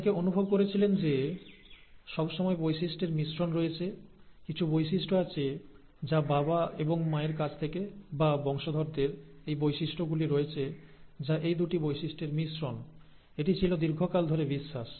অনেকে অনুভব করেছিলেন যে সবসময় বৈশিষ্ট্যের মিশ্রণ রয়েছে কিছু বৈশিষ্ট্য আছে যা বাবা এবং মায়ের কাছ থেকে বা বংশধরদের এই বৈশিষ্ট্যগুলি রয়েছে যা এই দুটি বৈশিষ্ট্যের মিশ্রণ এটি ছিল দীর্ঘকাল ধরে বিশ্বাস